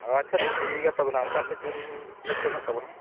ᱟᱪᱪᱷᱟ ᱴᱷᱤᱠ ᱜᱮᱭᱟ ᱛᱟᱦᱚᱞᱮ ᱚᱱᱠᱟ ᱡᱩᱛ ᱯᱮ ᱦᱟᱸᱜ ᱛᱚᱵᱮ ᱦᱮᱸ